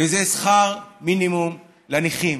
וזה שכר מינימום לנכים.